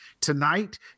tonight